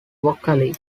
vocally